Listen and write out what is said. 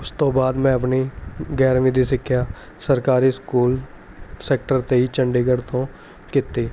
ਉਸ ਤੋਂ ਬਾਅਦ ਮੈਂ ਆਪਣੀ ਗਿਆਰਵੀਂ ਦੀ ਸਿੱਖਿਆ ਸਰਕਾਰੀ ਸਕੂਲ ਸੈਕਟਰ ਤੇਈ ਚੰਡੀਗੜ੍ਹ ਤੋਂ ਕੀਤੀ